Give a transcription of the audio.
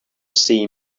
see